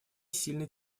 сильный